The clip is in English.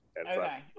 Okay